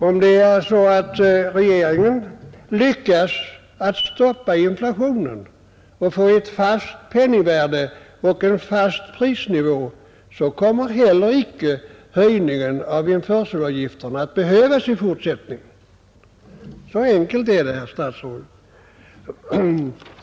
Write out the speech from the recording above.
Om regeringen lyckas stoppa inflationen och få ett fast penningvärde och en fast prisnivå kommer det heller icke att behövas någon höjning av införselavgifterna i fortsättningen av den anledning jag nyss nämnt. Så enkelt är det, herr statsråd.